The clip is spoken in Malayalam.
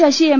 ശശി എം